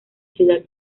ciudad